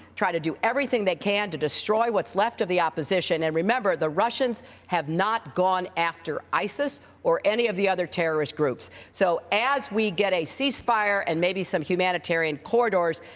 try to do everything they can to destroy what's left of the opposition. and remember, the russians have not gone after isis or any of the other terrorist groups. so as we get a cease-fire and maybe some humanitarian corridors,